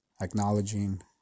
acknowledging